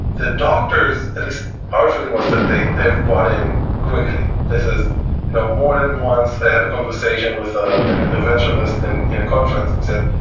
the doctors, at least our feeling was that they they have bought in quickly. this is you know more than once i had a conversation with ah an interventionist in a conference and said,